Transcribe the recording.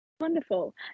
Wonderful